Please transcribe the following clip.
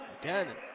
Again